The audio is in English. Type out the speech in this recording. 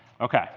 Okay